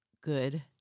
good